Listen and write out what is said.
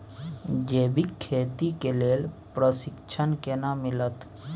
जैविक खेती के लेल प्रशिक्षण केना मिलत?